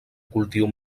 cultiu